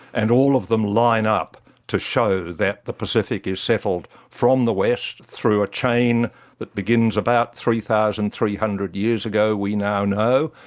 and all of them line up to show that the pacific is settled from the west through a chain that begins about three thousand three hundred years ago, we now know,